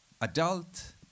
adult